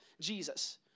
Jesus